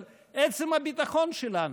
על עצם הביטחון שלנו.